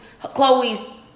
chloe's